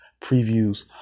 previews